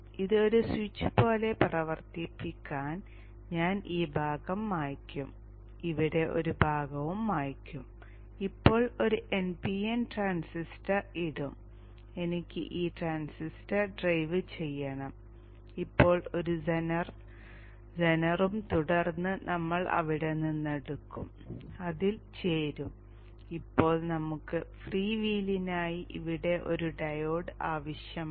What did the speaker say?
ഇത് ഒരു സ്വിച്ച് പോലെ പ്രവർത്തിപ്പിക്കാൻ ഞാൻ ഈ ഭാഗം മായ്ക്കും ഞാൻ ഇവിടെ ഒരു ഭാഗവും മായ്ക്കും ഇപ്പോൾ ഒരു npn ട്രാൻസിസ്റ്റർ ഇടും എനിക്ക് ഈ ട്രാൻസിസ്റ്റർ ഡ്രൈവ് ചെയ്യണം ഇപ്പോൾ ഒരു സെനറും തുടർന്ന് നമ്മൾ അവിടെ നിന്ന് എടുക്കും നമ്മൾ അതിൽ ചേരും ഇപ്പോൾ നമുക്ക് ഫ്രീ വീലിനായി ഇവിടെ ഒരു ഡയോഡ് ആവശ്യമാണ്